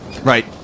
Right